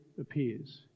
appears